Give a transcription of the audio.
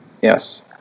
Yes